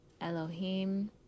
Elohim